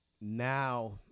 Now